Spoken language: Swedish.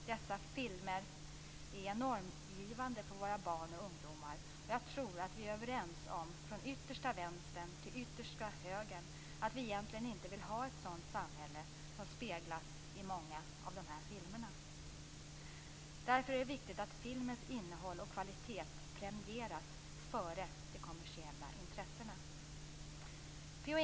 Dessa filmer är normgivande för våra barn och ungdomar, och jag tror att vi är överens om från yttersta vänster till yttersta höger att vi egentligen inte vill ha ett sådant samhälle som speglas i många filmer. Därför är det viktigt att filmens innehåll och kvalitet premieras före de kommersiella intressena. P.O.